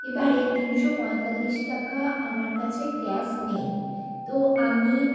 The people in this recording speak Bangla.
এবারে তিনশো পঁয়তাল্লিশ টাকা আমার কাছে ক্যাশ নেই তো আমি